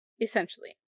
Essentially